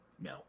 No